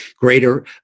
greater